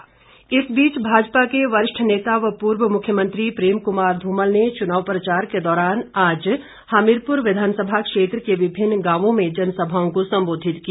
भाजपा प्रचार भाजपा के वरिष्ठ नेता व पूर्व मुख्यमंत्री प्रेम कुमार धूमल ने चुनाव प्रचार के दौरान आज हमीरपुर विधानसभा क्षेत्र के विभिन्न गांवों में जनसभाओं को संबोधित किया